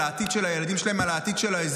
על העתיד של הילדים שלהם,